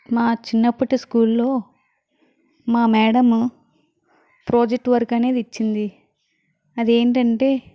మా చిన్నప్పటి స్కూల్ లో మా మ్యాడం ప్రాజెక్ట్ వర్క్ అనేది ఇచ్చింది అది ఏంటంటే